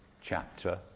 chapter